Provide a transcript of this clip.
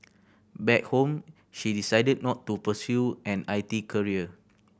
back home she decided not to pursue an I T career